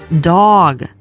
dog